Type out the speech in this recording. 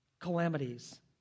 calamities